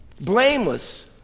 Blameless